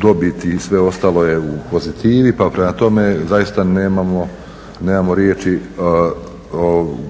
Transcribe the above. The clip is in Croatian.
Dobit i sve ostalo je u pozitivi pa prema tome zaista nemamo riječi